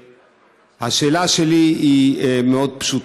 השאלה שלי היא מאוד פשוטה.